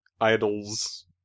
idols